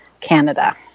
Canada